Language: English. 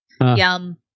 Yum